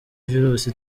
virusi